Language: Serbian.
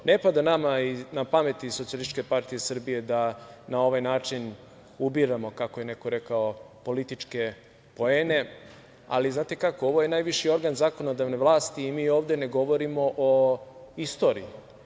Ne pada nama na pamet iz SPS da na ovaj način ubiramo, kako je neko rekao, političke poene, ali znate kako, ovo je najviši organ zakonodavne vlasti i mi ovde ne govorimo o istoriji.